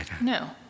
No